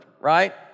right